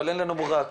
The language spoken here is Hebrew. אבל אין לנו ברירה.